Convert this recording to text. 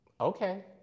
Okay